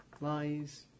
lies